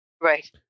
Right